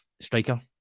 striker